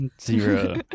Zero